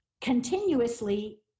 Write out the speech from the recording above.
continuously